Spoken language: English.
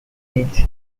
needs